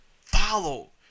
Follow